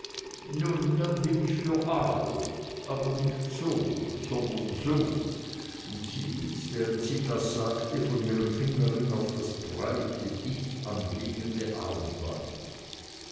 nun dann bin ich für aal aber nicht so sondern so und sie wies während sie das sagte von ihrem fingerring auf das breite dicht anliegende armband